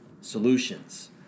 solutions